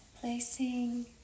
Placing